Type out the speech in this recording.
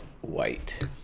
white